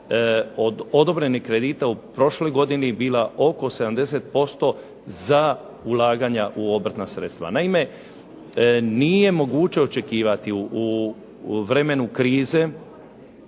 odobrenih kredita u prošloj godini bila oko 70% za ulaganja u obrtna sredstva. Naime, nije moguće očekivati u vremenu krize